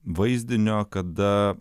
vaizdinio kada